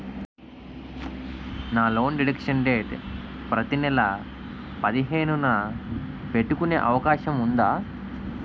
నా loan deduction date ప్రతి నెల పదిహేను న పెట్టుకునే అవకాశం ఉందా?